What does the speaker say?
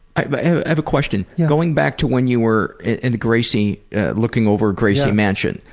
i but have a question. yeah. going back to when you were in gracie looking over gracie mansion,